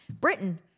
Britain